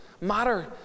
matter